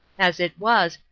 as it was,